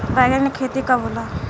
बैंगन के खेती कब होला?